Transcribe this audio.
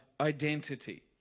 identity